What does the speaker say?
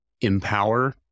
empower